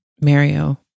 Mario